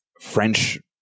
French